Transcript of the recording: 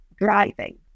driving